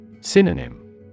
Synonym